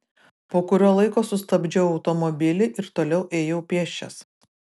po kurio laiko sustabdžiau automobilį ir toliau ėjau pėsčias